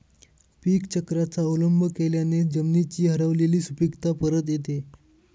पीकचक्राचा अवलंब केल्याने जमिनीची हरवलेली सुपीकता परत येते